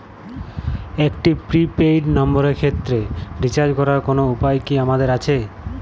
একটি prepaid নম্বরের ক্ষেত্রে রিচার্জ করার কোনো উপায় কি আমাদের আছে?